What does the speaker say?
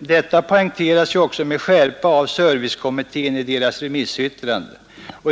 Detta poängteras också med skärpa av servicekommittén i dess remissyttrande.